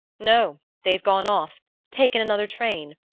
no they've gone off taken another train.